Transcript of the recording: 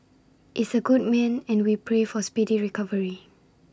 is A good man and we pray for speedy recovery